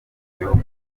bihugu